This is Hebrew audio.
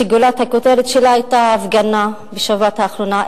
שגולת הכותרת שלה היתה ההפגנה בשבת האחרונה,